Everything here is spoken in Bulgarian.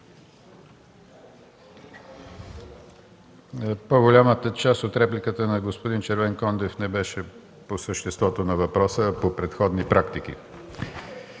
По-голямата част от репликата на господин Червенкондев не беше по съществото на въпроса, а по предходни практики.